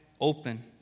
open